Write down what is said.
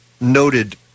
noted